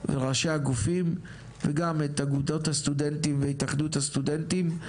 ראשי הגופים וגם את אגודות הסטודנטים והתאחדות הסטודנטים.